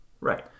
Right